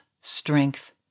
strength